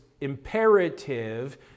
imperative